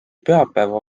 pühapäeva